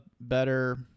better